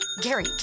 Gary